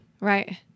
Right